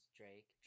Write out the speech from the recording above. drake